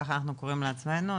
ככה אנחנו קוראים לעצמנו,